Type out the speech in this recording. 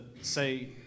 say